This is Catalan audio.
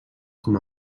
com